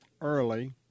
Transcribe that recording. early